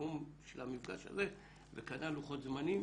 מהסיכום של המפגש הזה וכנ"ל לוחות זמנים.